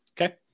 Okay